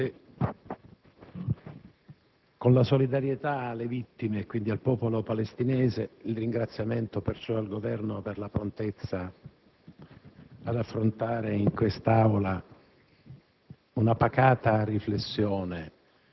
Signor Presidente, esprimo la mia solidarietà alle vittime, e quindi al popolo palestinese, e il ringraziamento al Governo per la prontezza ad affrontare in quest'Aula